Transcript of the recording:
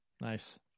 Nice